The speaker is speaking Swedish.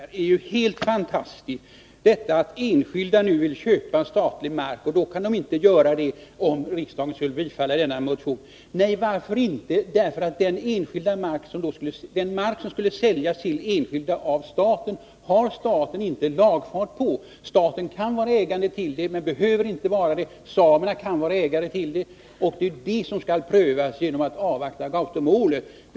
Herr talman! Lennart Anderssons argumenterande är helt fantastiskt. Han anför att enskilda vill köpa statlig mark och inte kan göra det om riksdagen skulle bifalla motionen i fråga. Men varför inte? Jo, därför att staten inte har lagfart på den mark som då skulle säljas av staten till den enskilde. Staten kan vara ägare till marken men behöver inte vara det. Samerna kan vara ägare till den, och det är vi som skall pröva det genom avgörande av Gautomålet.